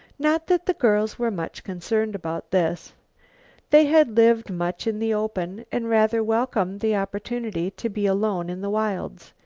not that the girls were much concerned about this they had lived much in the open and rather welcomed the opportunity to be alone in the wilds.